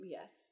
Yes